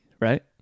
right